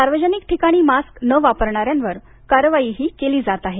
सार्वजनिक ठिकाणी मास्क न वापरणाऱ्यावर कारवाईही केली जात आहे